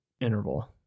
interval